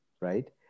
Right